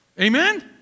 Amen